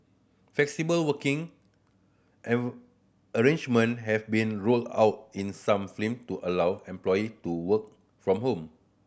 flexible working arrangement have been rolled out in some to allow employee to work from home